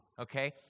Okay